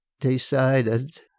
decided